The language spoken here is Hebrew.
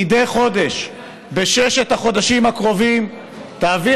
מדי חודש בששת החודשים הקרובים תעביר